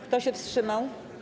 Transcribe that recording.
Kto się wstrzymał?